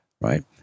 right